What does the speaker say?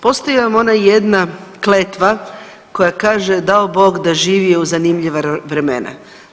Postoji vam ona jedna kletva koja kaže, dao Bog da živio u zanimljiva vremena.